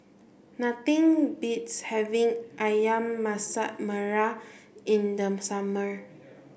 nothing beats having Ayam Masak Merah in the summer